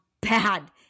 bad